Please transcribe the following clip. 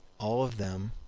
all of them,